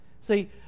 See